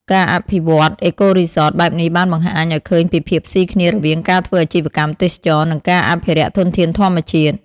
ការអភិវឌ្ឍន៍ អេកូរីសត បែបនេះបានបង្ហាញឱ្យឃើញពីភាពស៊ីគ្នារវាងការធ្វើអាជីវកម្មទេសចរណ៍ និងការអភិរក្សធនធានធម្មជាតិ។